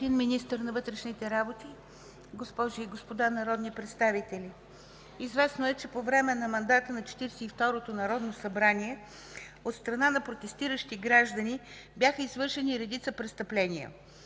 Министър на вътрешните работи, госпожи и господа народни представители! Известно е, че по време на мандата на Четиридесет и второто народно събрание от страна на протестиращи граждани бяха извършени редица престъпления